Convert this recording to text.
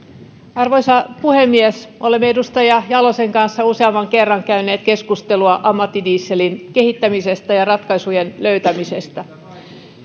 arvoisa puhemies olemme edustaja jalosen kanssa useamman kerran käyneet keskustelua ammattidieselin kehittämisestä ja ratkaisujen löytämisestä